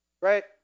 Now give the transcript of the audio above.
Right